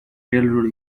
railroad